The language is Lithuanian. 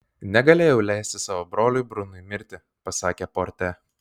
negalėjau leisti savo broliui brunui mirti pasakė porte